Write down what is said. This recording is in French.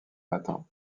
matin